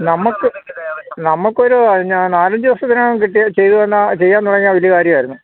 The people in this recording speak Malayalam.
നമുക്ക് നമുക്കൊരു നാലഞ്ച് ദിവസത്തിനകം ചെയ്യാൻ തുടങ്ങിയാല് വലിയ കാര്യമായിരുന്നു